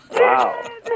Wow